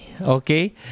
okay